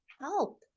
help